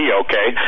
okay